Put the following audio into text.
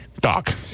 Doc